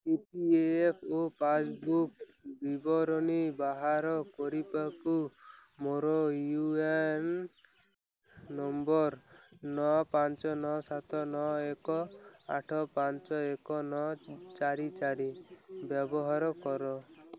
ଇ P F O passbook ବିବରଣୀ ବାହାର କରିବାକୁ ମୋର ୟୁ ଏ ଏନ୍ ନମ୍ବର ନଅ ପାଞ୍ଚ ନଅ ସାତ ନଅ ଏକ ଆଠ ପାଞ୍ଚ ଏକ ନଅ ଚାରି ଚାରି ବ୍ୟବହାର କର